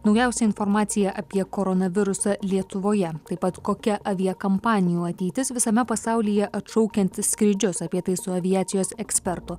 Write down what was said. naujausia informacija apie koronavirusą lietuvoje taip pat kokia aviakampanijų ateitis visame pasaulyje atšaukiant skrydžius apie tai su aviacijos ekspertu